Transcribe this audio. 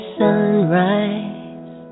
sunrise